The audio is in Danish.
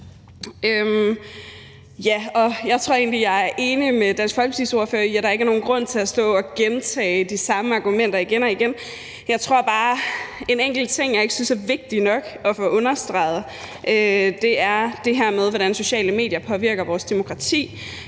Jeg tror egentlig, jeg er enig med Dansk Folkepartis ordfører i, at der ikke er nogen grund til at stå og gentage de samme argumenter igen og igen. Jeg tror bare, at en enkelt ting, som ikke kan understreges nok, er det her med, hvordan sociale medier påvirker vores demokrati